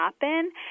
happen